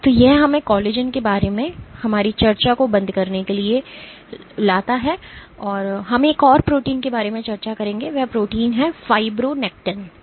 तो यह हमें कोलेजन के बारे में हमारी चर्चा को बंद करने के लिए लाता है हम एक और प्रोटीन के बारे में चर्चा करेंगे यह प्रोटीन फाइब्रोनेक्टिन है